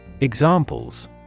Examples